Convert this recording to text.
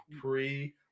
pre